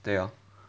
对 lor